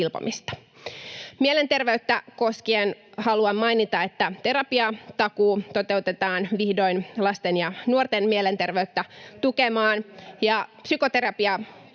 Mielenterveyttä koskien haluan mainita, että terapiatakuu toteutetaan vihdoin lasten ja nuorten mielenterveyttä tukemaan ja